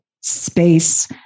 space